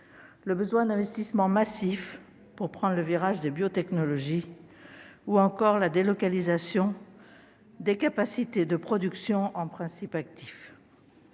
le besoin d'investissements massifs pour prendre le virage des biotechnologies, ou encore la délocalisation des capacités de production en principes actifs.